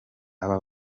aba